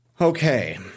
Okay